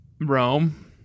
Rome